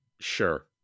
Sure